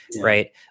right